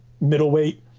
middleweight